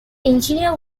engineer